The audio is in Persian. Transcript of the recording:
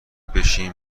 بشیم